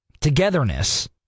togetherness